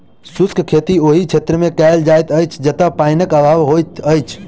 शुष्क खेती ओहि क्षेत्रमे कयल जाइत अछि जतय पाइनक अभाव होइत छै